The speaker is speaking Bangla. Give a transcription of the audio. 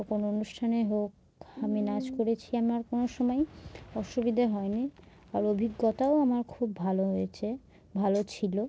কখনো অনুষ্ঠানে হোক আমি নাচ করেছি আমার কোনো সময় অসুবিধে হয়নি আর অভিজ্ঞতাও আমার খুব ভালো হয়েছে ভালো ছিলো